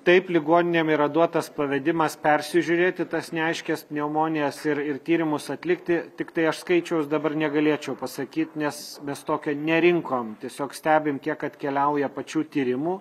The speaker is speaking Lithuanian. taip ligoninėm yra duotas pavedimas persižiūrėti tas neaiškias pneumonijas ir ir tyrimus atlikti tiktai aš skaičiaus dabar negalėčiau pasakyt nes mes tokio nerinkom tiesiog stebim kiek atkeliauja pačių tyrimų